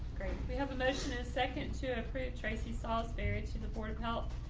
great. we have a motion a second to and approve tracy solsbury to the board of health.